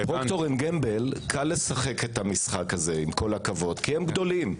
לפרוקטור אנג גמבל קל לשחק את המשחק הזה כי הם גדולים.